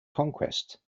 conquest